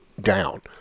down